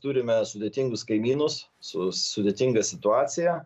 turime sudėtingus kaimynus su sudėtinga situacija